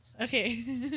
Okay